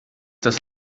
das